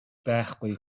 байхгүй